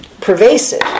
pervasive